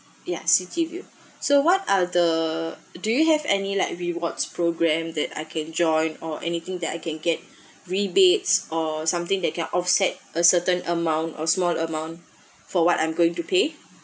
ya city view so what are the do you have any like rewards programme that I can join or anything that I can get rebates or something that can offset a certain amount or small amount for what I'm going to pay